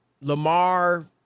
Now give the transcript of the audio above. Lamar